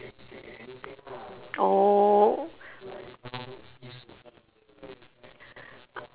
oh